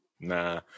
nah